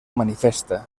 manifesta